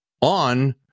on